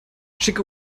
schicke